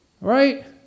Right